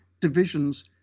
Divisions